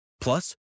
Plus